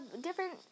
different